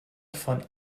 von